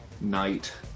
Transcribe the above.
night